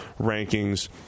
rankings